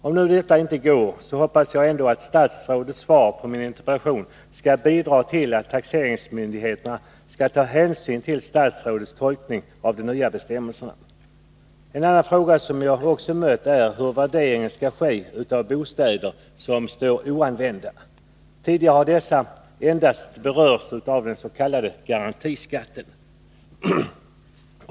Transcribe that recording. Om detta nu inte går hoppas jag ändå att statsrådets svar på min interpellation skall bidra till att taxeringsmyndigheterna kommer att ta hänsyn till statsrådets tolkning av de nya bestämmelserna. En annan fråga som jag också har mött är hur värdering skall ske av bostäder som står oanvända. Tidigare har dessa endast berörts av den s.k. garantiskatten.